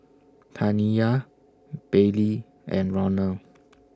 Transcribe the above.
Taniyah Bailee and Ronald